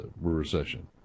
recession